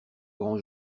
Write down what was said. grand